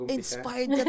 inspired